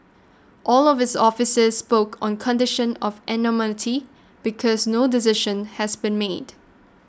all of the officials spoke on condition of anonymity because no decision has been made